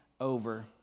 over